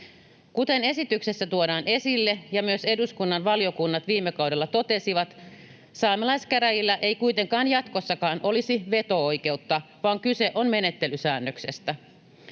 Kuten esityksessä tuodaan esille ja myös eduskunnan valiokunnat viime kaudella totesivat, saamelaiskäräjillä ei kuitenkaan jatkossakaan olisi veto-oikeutta, vaan kyse on menettelysäännöksestä.